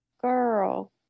girl